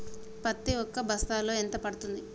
పత్తి ఒక బస్తాలో ఎంత పడ్తుంది?